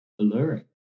alluring